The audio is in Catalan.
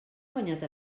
guanyat